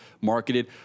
marketed